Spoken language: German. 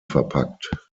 verpackt